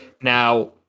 Now